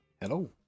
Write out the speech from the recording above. Hello